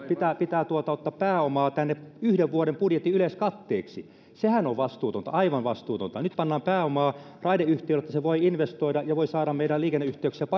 pitää pitää ottaa pääomaa tänne yhden vuoden budjetin yleiskatteeksi sehän on vastuutonta aivan vastuutonta nyt pannaan pääomaa raideyhtiölle että se voi investoida ja voi saada meidän liikenneyhteyksiämme